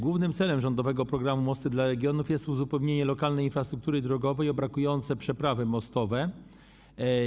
Głównym celem rządowego programu ˝Mosty dla regionów˝ jest uzupełnienie lokalnej infrastruktury drogowej o brakujące przeprawy mostowe.